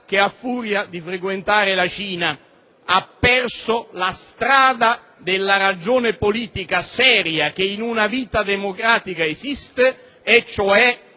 che, a furia di frequentare la Cina, egli abbia perso la strada della ragione politica seria che la vita democratica esige e che